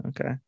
Okay